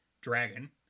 dragon